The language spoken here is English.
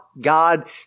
God